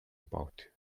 about